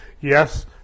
yes